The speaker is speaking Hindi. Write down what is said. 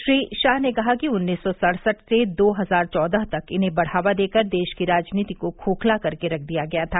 श्री शाह ने कहा कि उन्नीस सौ सड़सठ से दो हजार चौदह तक इन्हें बढ़ावा देकर देश की राजनीति को खोखला करके रख दिया गया था